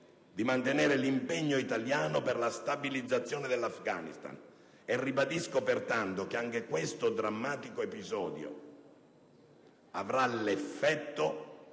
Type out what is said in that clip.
di mantenere l'impegno italiano per la stabilizzazione dell'Afghanistan. Ribadisco, pertanto, che anche questo drammatico episodio avrà come